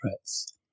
threats